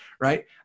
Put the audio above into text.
Right